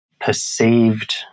perceived